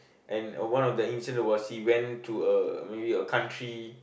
and uh one of the incident was he went to a maybe a country